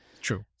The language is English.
True